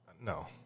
no